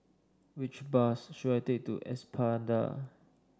which bus should I take to Espada